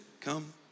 Come